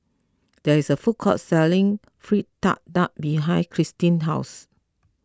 there is a food court selling Fritada behind Christy's house